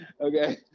Okay